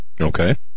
Okay